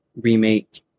remake